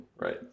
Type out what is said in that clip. right